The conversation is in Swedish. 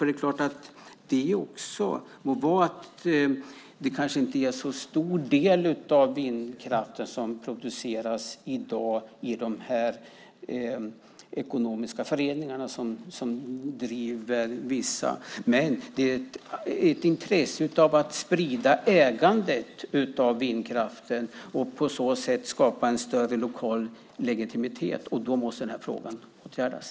Det må vara att det inte är så stor del av vindkraften som i dag produceras i de ekonomiska föreningar som driver vissa vindkraftverk, men det finns ett intresse av att sprida ägandet av vindkraften och på så sätt skapa en större lokal legitimitet. Då måste den frågan åtgärdas.